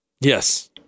Yes